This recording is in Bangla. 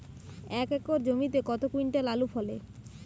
এক একর জমিতে কত কুইন্টাল আলু ফলে?